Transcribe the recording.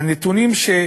אלה נתונים שהוא